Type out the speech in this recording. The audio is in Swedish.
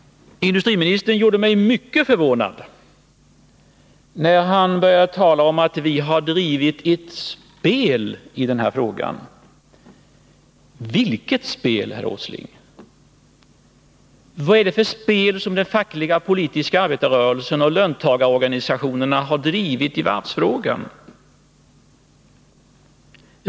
Industriministern gjorde mig mycket förvånad när han började tala om att vi har drivit ett spel i den här frågan. Vilket spel, herr Åsling? Vad är det för spel som den fackliga och politiska arbetarrörelsen och löntagarorganisationerna har drivit i varvsfrågan?